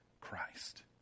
Christ